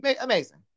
Amazing